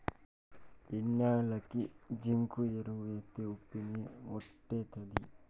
ఈ న్యాలకి జింకు ఎరువు ఎత్తే ఉప్పు ని కొట్టేత్తది